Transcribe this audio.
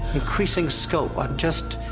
increasing scope. i'm just.